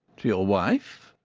to your wife?